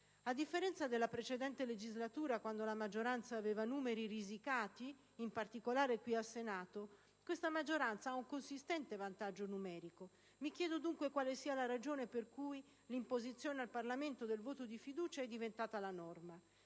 A differenza della precedente legislatura, quando la maggioranza aveva numeri risicati, in particolare qui al Senato, questa maggioranza ha un consistente vantaggio numerico. Mi chiedo dunque quale sia la ragione per cui l'imposizione al Parlamento del voto di fiducia è diventata la norma.